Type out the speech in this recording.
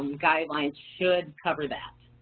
um guidelines should cover that.